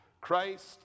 Christ